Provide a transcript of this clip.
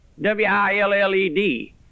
W-I-L-L-E-D